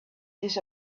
this